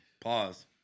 Pause